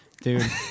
dude